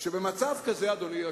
שבמצב כזה, אדוני היושב-ראש,